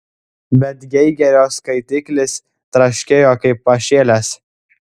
bet geigerio skaitiklis traškėjo kaip pašėlęs